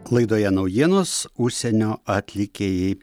laidoje naujienos užsienio atlikėjai